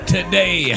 Today